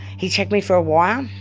he checked me for a wire. um